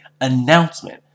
Announcement